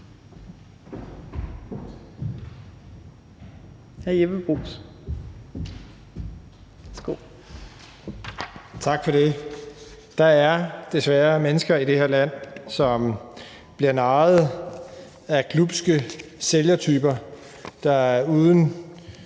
Der er desværre mennesker i det her land, som bliver narret af glubske sælgertyper, der uden